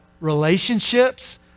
relationships